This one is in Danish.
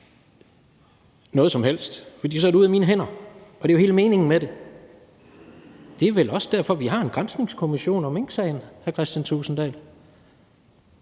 noget som helst, for så er det ude af mine hænder. Og det er jo hele meningen med det. Det er vel også derfor, vi har en granskningskommission om minksagen, hr. Kristian Thulesen Dahl.